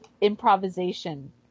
improvisation